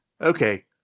okay